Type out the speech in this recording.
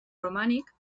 romànic